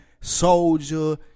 soldier